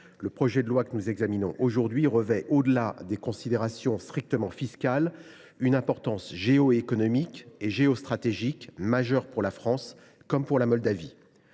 le projet de loi que nous examinons aujourd’hui revêt, au delà des considérations strictement fiscales, une importance géoéconomique et géostratégique majeure, pour la France comme pour la Moldavie.